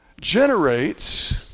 generates